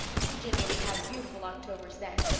we gin'rally had beautiful octobers then.